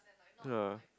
ya